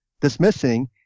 Dismissing